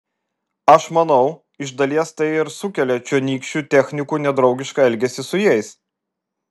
aš manau iš dalies tai ir sukelia čionykščių technikų nedraugišką elgesį su jais